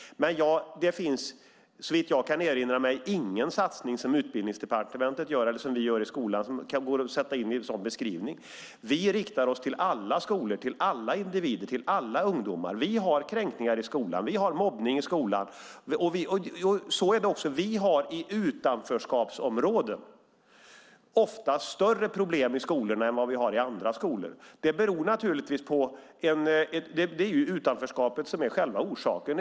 Men såvitt jag kan erinra mig finns det ingen satsning som Utbildningsdepartementet gör eller som vi gör i skolan som går att sätta in i en sådan beskrivning. Vi riktar oss till alla skolor, till alla individer och till alla ungdomar. Vi har kränkningar i skolan. Vi har mobbning i skolan. Vi har i utanförskapsområden oftast större problem i skolorna än vi har i andra skolor. Det är naturligtvis utanförskapet som är själva orsaken.